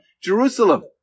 Jerusalem